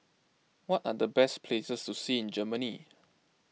what are the best places to see in Germany